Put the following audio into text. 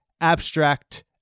abstract